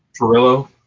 Perillo